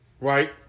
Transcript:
Right